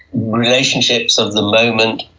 relationships of the moment,